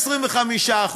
25%,